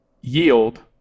yield